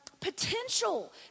potential